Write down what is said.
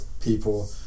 people